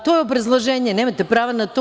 To je obrazloženje, nemate pravo na to.